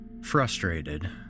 Frustrated